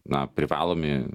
na privalomi